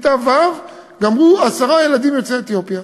את כיתה ו' גמרו עשרה ילדים יוצאי אתיופיה.